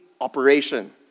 operation